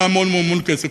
עולה המון כסף,